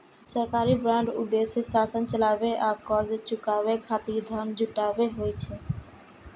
सरकारी बांडक उद्देश्य शासन चलाबै आ कर्ज चुकाबै खातिर धन जुटेनाय होइ छै